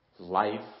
Life